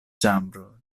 ĉambro